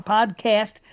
Podcast